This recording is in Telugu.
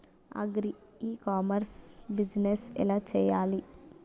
అగ్రి ఇ కామర్స్ బిజినెస్ ఎలా చెయ్యాలి?